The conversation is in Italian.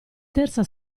terza